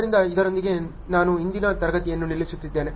ಆದ್ದರಿಂದ ಇದರೊಂದಿಗೆ ನಾನು ಇಂದಿನ ತರಗತಿಗೆ ನಿಲ್ಲುತ್ತಿದ್ದೇನೆ